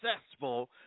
successful